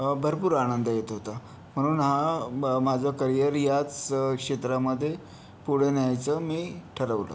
भरपूर आनंद येत होता म्हणून हा माझं करिअर याच क्षेत्रामध्ये पुढे न्यायचं मी ठरवलं